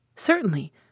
Certainly